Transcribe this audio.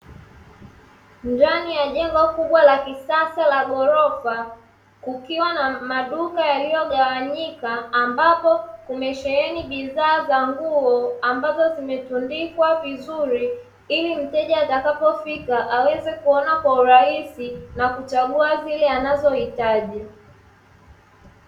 Ndani ya jengo kubwa la kisasa la ghorofa kukiwa na maduka yaliyogawanyika, ambapo kumesheheni bidhaa za nguo ambapo zimetundikwa vizuri ili mteja atakapofika aweze kuona kwa urahisi na kuchagua zile anazohitaji.